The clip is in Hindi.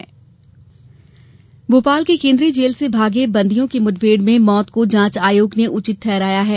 विस मुठभेड आयोग भोपाल के केंद्रीय जेल से भागे बंदियों की मुठभेड़ में मौत को जांच आयोग ने उचित ठहराया है